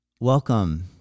Welcome